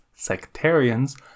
Sectarians